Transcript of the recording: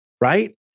right